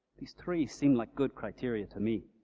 these three seem like good criteria to me.